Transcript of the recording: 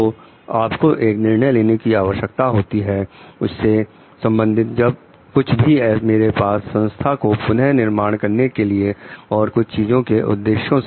तो आपको एक निर्णय लेने की आवश्यकता होती है इससे संबंधित जब कुछ भी मेरे पास संस्था को पुनः निर्माण करने के लिए और कुछ चीजों के उद्देश्य से